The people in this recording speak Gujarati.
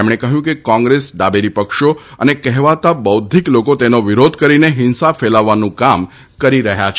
તેમણે કહ્યું હતું કે કોંગ્રેસ ડાબેરી પક્ષો અને કહેવાતા બૌદ્ધિક લોકો તેનો વિરોધ કરીને હિંસા ફેલાવવાનું કામ કરી રહ્યા છે